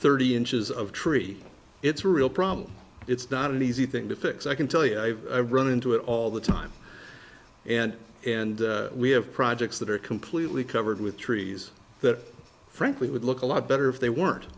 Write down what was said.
thirty inches of tree it's a real problem it's not an easy thing to fix i can tell you i've run into it all the time and and we have projects that are completely covered with trees that frankly would look a lot better if they weren't